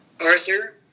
Arthur